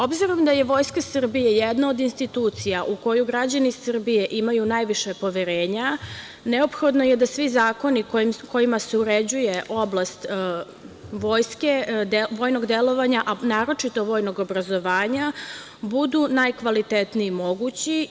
Obzirom da je Vojska Srbije jedna od institucija u koju građani Srbije imaju najviše poverenja, neophodno je da svi zakoni kojima se uređuje oblast vojnog delovanja, a naročito vojnog obrazovanja, budu najkvalitetniji mogući.